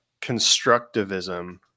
constructivism